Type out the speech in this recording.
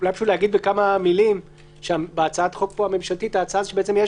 ואולי אפילו להגיד בכמה מילים שבהצעת החוק הממשלתית פה ההצעה היא שיש